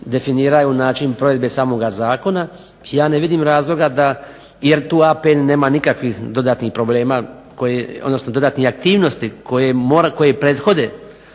definiraju način provedbe samog zakona. Ja ne vidim razloga jer tu APN nema nikakvih dodatnih problema, odnosno dodatnih aktivnosti koje prethode